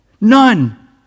None